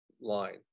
line